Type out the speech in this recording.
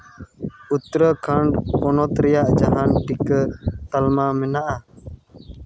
ᱩᱛᱛᱚᱨᱟᱠᱷᱚᱸᱰ ᱯᱚᱱᱚᱛ ᱨᱮᱭᱟᱜ ᱡᱟᱦᱟᱱ ᱴᱤᱠᱟᱹ ᱛᱟᱞᱢᱟ ᱢᱮᱱᱟᱜᱼᱟ